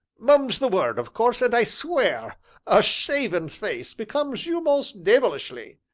mum's the word, of course, and i swear a shaven face becomes you most deyvilishly!